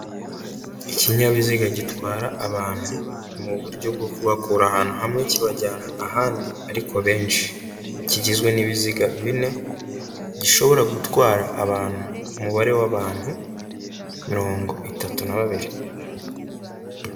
Ikinyabiziga gitwara abantu mu buryo bwo kubakura ahantu hamwe kibajyana ahandi ariko benshi, kigizwe n'ibiziga bine, gishobora gutwara abantu umubare w'abantu mirongo itatu na babiri.